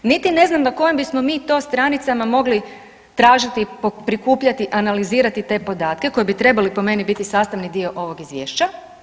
Niti ne znam na kojem bismo mi to stranicama mogli tražiti, prikupljati, analizirati te podatke koji bi trebali po meni biti sastavni dio ovog izvješća.